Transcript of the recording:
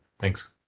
Thanks